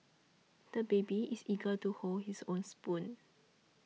the baby is eager to hold his own spoon